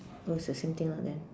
oh it's the same thing lah then